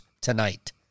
tonight